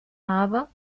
habe